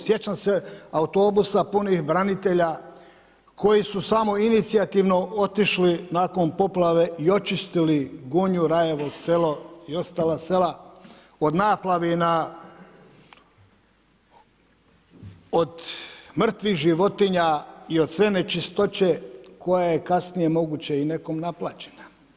Sjećam se autobusa punih branitelja koji su samoinicijativno otišli nakon poplave i očistili Gunju, Rajevo selo i ostala sela od naplavina, od mrtvih životinja i os sve nečistoće koja je kasnije moguće i nekome naplaćena.